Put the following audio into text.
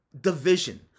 division